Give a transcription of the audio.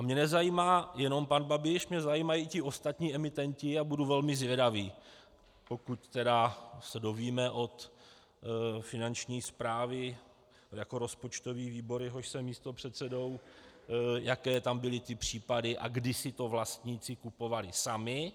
Mě nezajímá jenom pan Babiš, mě zajímají i ti ostatní emitenti a budu velmi zvědavý, pokud se dozvíme od Finanční správy jako rozpočtový výbor, jehož jsem místopředsedou, jaké tam byly případy a kdy si to vlastníci kupovali sami.